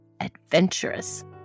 adventurous